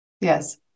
Yes